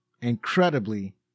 incredibly